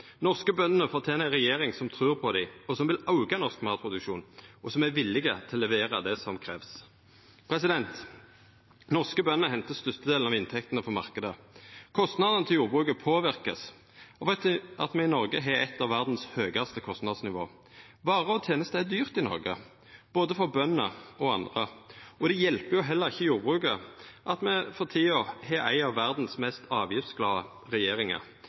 Norske bønder fortener ei regjering som trur på dei, som vil auka norsk matproduksjon, og som er villig til å levera det som krevst. Norske bønder hentar størstedelen av inntektene frå marknaden. Kostnadene til jordbruket vert påverka av at me i Noreg har eit av verdas høgaste kostnadsnivå. Varer og tenester er dyre i Noreg – for både bønder og andre. Det hjelper heller ikkje jordbruket at me for tida har ei av verdas mest avgiftsglade